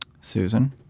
Susan